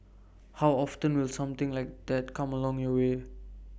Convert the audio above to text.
how often will something like that come along your way